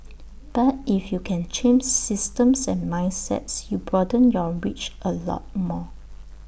but if you can change systems and mindsets you broaden your reach A lot more